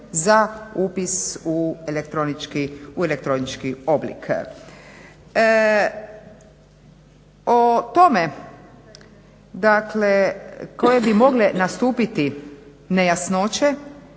za upis u elektronički oblik. O tome, dakle koje bi mogle nastupiti nejasnoće?